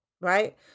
Right